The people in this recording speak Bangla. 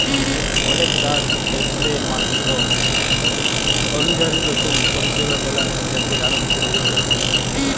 অলেক দ্যাশ ট্যাকসের মাত্রা অলুজায়ি লতুল পরিষেবা বেলায় যেটতে আরও বেশি রজগার ক্যরতে পারে